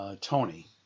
Tony